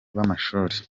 b’amashuri